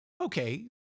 okay